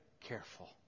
careful